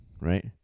right